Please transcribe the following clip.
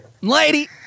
Lady